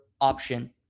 option